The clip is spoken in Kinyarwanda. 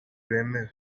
bemewe